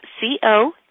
C-O